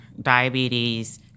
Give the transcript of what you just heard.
diabetes